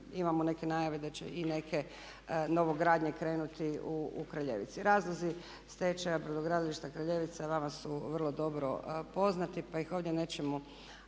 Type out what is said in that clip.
imamo neke najave da će i neke novogradnje krenuti u Kraljevici. Razlozi stečaja brodogradilišta Kraljevica vama su vrlo dobro poznati pa ih ovdje nećemo